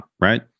right